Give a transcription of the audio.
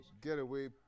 getaway